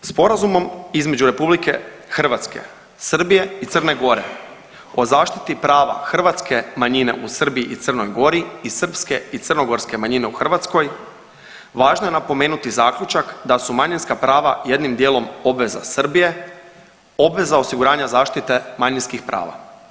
Sporazumom između RH, Srbije i Crne Gore o zaštiti prava hrvatske manjine u Srbiji i Crnoj Gori i srpske i crnogorske manjine u Hrvatskoj važno je napomenuti zaključak da su manjinska prava jednim dijelom obveza Srbije, obveza osiguranja zaštite manjinskih prava.